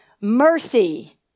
Mercy